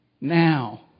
now